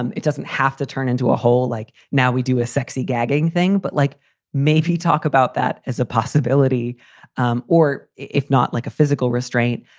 and it doesn't have to turn into a whole like. now we do a sexy gagging thing, but like maybe you talk about that as a possibility um or if not like a physical restraint,